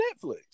Netflix